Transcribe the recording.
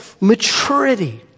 maturity